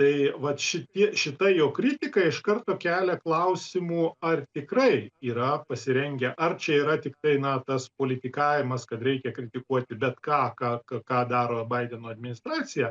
tai vat šitie šita jo kritika iš karto kelia klausimų ar tikrai yra pasirengę ar čia yra tiktai na tas politikavimas kad reikia kritikuoti bet ką ką ką daro baideno administracija